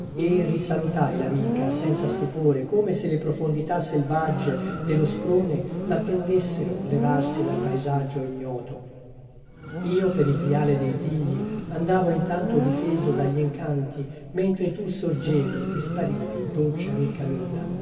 e risalutai l'amica senza stupore come se le profondità selvaggie dello sprone l'attendessero levarsi dal paesaggio ignoto io per il viale dei tigli andavo intanto difeso dagli incanti mentre tu sorgevi e sparivi dolce amica luna